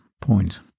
point